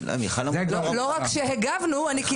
הם בריצפה, ודורכים עליהם, על